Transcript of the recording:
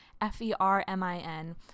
F-E-R-M-I-N